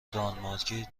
دانمارکی